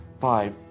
five